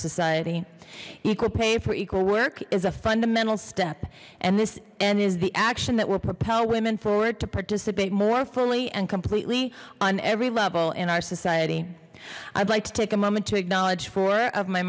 society equal pay for equal work is a fundamental step and this end is the action that will propel women forward to participate more fully and completely on every level in our society i'd like to take a moment to acknowledge four of my